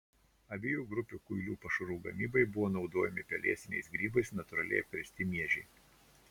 abiejų grupių kuilių pašarų gamybai buvo naudojami pelėsiniais grybais natūraliai apkrėsti miežiai